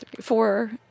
four